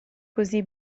così